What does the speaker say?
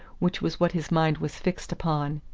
which was what his mind was fixed upon.